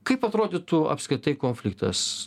kaip atrodytų apskritai konfliktas